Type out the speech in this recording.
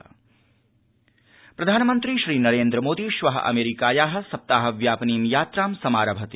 प्रधानमन्त्री अमेरिकायात्रा प्रधानमन्त्री श्रीनरेन्द्र मोदी श्वः अमेरिकायाः सप्ताह व्यापिनीं यात्रां समारभते